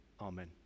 Amen